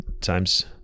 times